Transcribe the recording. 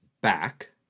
back